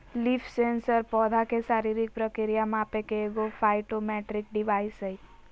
leaf sensor पौधा के शारीरिक प्रक्रिया मापे के एगो फाइटोमेट्रिक डिवाइस हइ